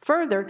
further